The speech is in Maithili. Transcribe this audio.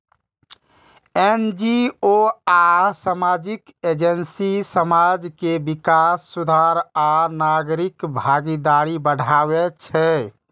एन.जी.ओ आ सामाजिक एजेंसी समाज के विकास, सुधार आ नागरिक भागीदारी बढ़ाबै छै